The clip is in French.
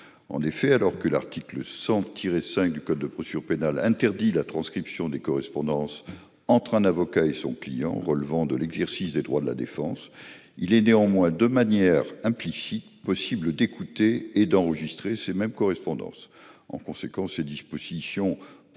En effet, alors que l'article 100-5 du code de procédure pénale interdit la transcription des correspondances entre un avocat et son client relevant de l'exercice des droits de la défense, il est néanmoins, de manière implicite, possible d'écouter et d'enregistrer ces mêmes correspondances. De telles dispositions